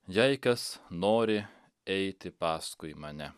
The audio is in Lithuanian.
jei kas nori eiti paskui mane